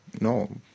no